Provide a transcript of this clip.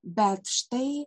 bet štai